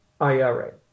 IRA